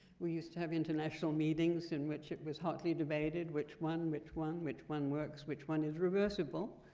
we used to have international meetings in which it was hotly debated which one? which one? which one works? which one is reversible?